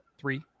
three